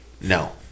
No